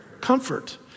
Comfort